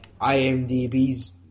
IMDb's